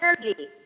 energy